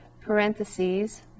parentheses